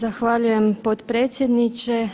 Zahvaljujem potpredsjedniče.